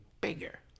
bigger